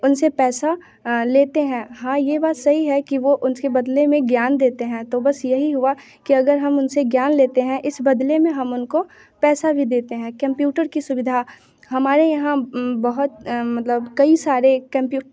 उनसे पैसा लेते हैं हाँ ये बात सही है कि वो उसके बदले में ज्ञान देते हैं तो बस यही हुआ की अगर हम उनसे ज्ञान लेते हैं इस बदले में हम उनको पैसा भी देते हैं कंप्यूटर की सुविधा हमारे यहाँ बहुत मतलब कई सारे